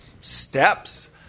steps